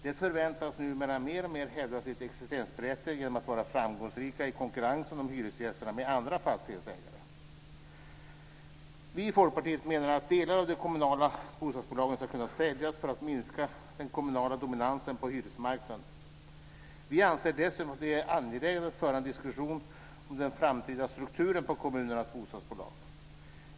De förväntas numera mer och mer hävda sitt existensberättigande genom att vara framgångsrika i konkurrensen om hyresgästerna med andra fastighetsägare. Vi i Folkpartiet menar att delar av de kommunala bostadsbolagen ska kunna säljas för att minska den kommunala dominansen på hyresmarknaden. Vi anser dessutom att det är angeläget att föra en diskussion om den framtida strukturen på kommunernas bostadsbolag.